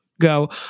go